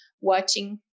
watching